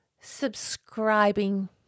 subscribing